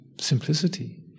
simplicity